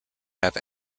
have